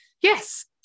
yes